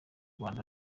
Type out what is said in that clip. rwanda